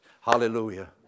Hallelujah